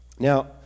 Now